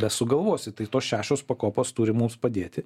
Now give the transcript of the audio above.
besugalvosi tai tos šešios pakopos turi mums padėti